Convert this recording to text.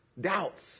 Doubts